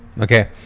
Okay